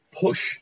push